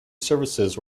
services